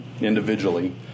individually